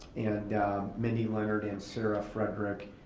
and minnie lenard and sara fredrick-kanesick.